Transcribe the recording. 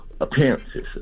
appearances